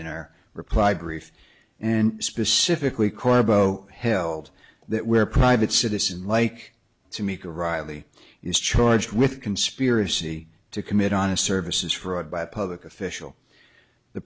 in our reply brief and specifically corbo held that we're private citizens like to make or riley is charged with conspiracy to commit on a service is fraud by a public official the